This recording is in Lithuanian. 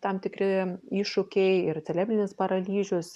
tam tikri iššūkiai ir celeblinis paralyžius yra i